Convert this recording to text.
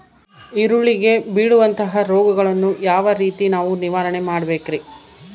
ಈರುಳ್ಳಿಗೆ ಬೇಳುವಂತಹ ರೋಗಗಳನ್ನು ಯಾವ ರೇತಿ ನಾವು ನಿವಾರಣೆ ಮಾಡಬೇಕ್ರಿ?